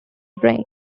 brain